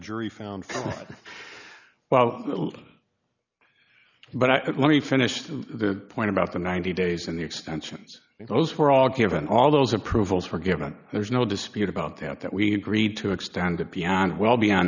jury found well but i let me finish the point about the ninety days and the extensions those were all given all those approvals for given there's no dispute about that that we agreed to extend it beyond wel